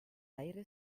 aire